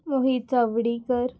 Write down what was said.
Mohit Chawdikar